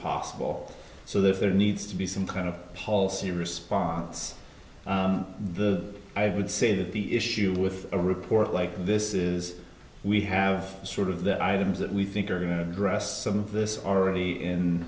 possible so that there needs to be some kind of paul c response the i would say that the issue with a report like this is we have sort of the items that we think are going to address some of this already in